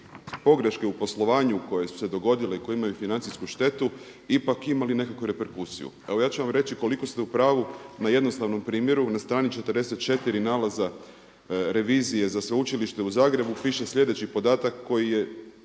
pogreške u poslovanju koje su se dogodile i koje imaju financijsku štetu ipak imali nekakvu reperkusiju. Evo ja ću vam reći koliko ste u pravu na jednostavnom primjeru, na strani 44 nalaza revizije za sveučilište u Zagrebu piše slijedeći podatak koji je